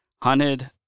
hunted